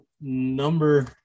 number